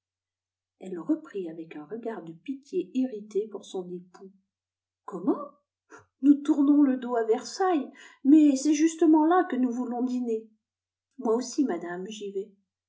elle reprit avec un regard de pitié irritée pour son époux comment nous tournons le dos à versailles mais c'est justement là que nous voulons dîner moi aussi madame j'y vais